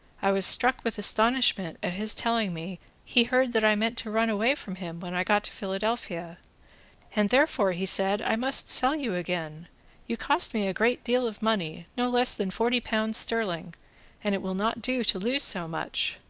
i was struck with astonishment at his telling me he heard that i meant to run away from him when i got to philadelphia and therefore said he, i must sell you again you cost me a great deal of money, no less than forty pounds sterling and it will not do to lose so much.